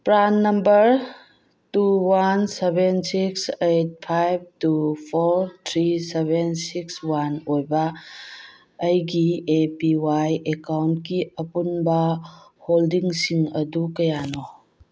PRAN number two one seven six eight five two four three seven six one ꯑꯣꯏꯕ ꯑꯩꯒꯤ A P Y ꯑꯦꯛꯀꯥꯎꯟꯀꯤ ꯑꯄꯨꯟꯕ ꯍꯣꯜꯗꯤꯡꯁꯤꯡ ꯑꯗꯨ ꯀꯌꯥꯅꯣ